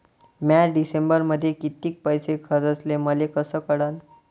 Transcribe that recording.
म्या डिसेंबरमध्ये कितीक पैसे खर्चले मले कस कळन?